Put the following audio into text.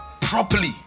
properly